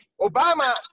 Obama